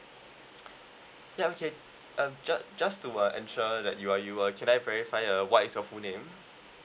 ya okay um ju~ just to uh ensure that you are you uh can I verify uh what is your full name